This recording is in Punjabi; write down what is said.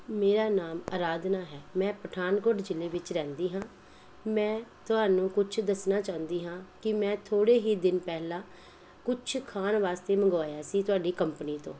ਮੇਰਾ ਨਾਮ ਅਰਾਧਨਾ ਹੈ ਮੈਂ ਪਠਾਨਕੋਟ ਜ਼ਿਲ੍ਹੇ ਵਿੱਚ ਰਹਿੰਦੀ ਹਾਂ ਮੈਂ ਤੁਹਾਨੂੰ ਕੁਛ ਦੱਸਣਾ ਚਾਹੁੰਦੀ ਹਾਂ ਕਿ ਮੈਂ ਥੋੜ੍ਹੇ ਹੀ ਦਿਨ ਪਹਿਲਾਂ ਕੁਛ ਖਾਣ ਵਾਸਤੇ ਮੰਗਵਾਇਆ ਸੀ ਤੁਹਾਡੀ ਕੰਪਨੀ ਤੋਂ